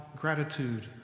gratitude